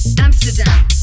Amsterdam